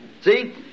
See